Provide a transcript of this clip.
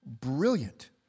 brilliant